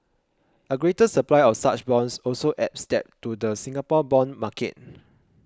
a greater supply of such bonds also adds depth to the Singapore bond market